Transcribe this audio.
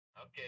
okay